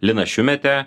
liną šiumetę